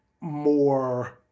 more